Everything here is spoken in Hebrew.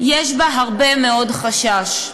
יש בה הרבה מאוד חשש,